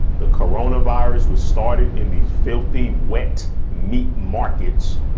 the corona virus was started in these filthy wet meat markets,